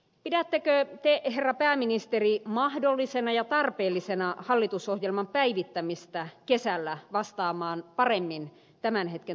pidättekö te herra pääministeri mahdollisena ja tarpeellisena hallitusohjelman päivittämistä kesällä vastaamaan paremmin tämän hetken talousnäkymiä